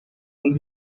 whom